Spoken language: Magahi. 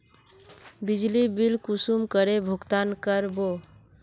बिजली बिल कुंसम करे भुगतान कर बो?